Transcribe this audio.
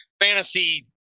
fantasy